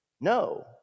No